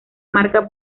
marca